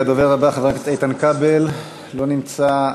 הדובר הבא, חבר הכנסת איתן כבל, לא נמצא.